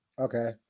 Okay